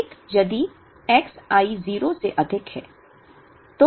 1 यदि X i 0 से अधिक है